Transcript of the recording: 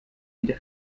wieder